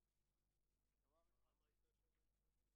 רישיון ובעל רישיון,